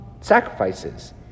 sacrifices